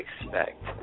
expect